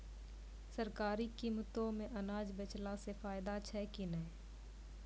सरकारी कीमतों मे अनाज बेचला से फायदा छै कि नैय?